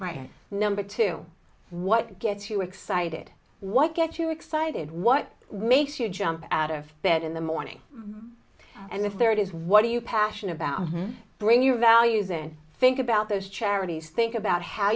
right number two what gets you excited what gets you excited what makes you jump out of bed in the morning and if there is what do you passion about bring your values in think about those charities think about how